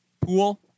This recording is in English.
pool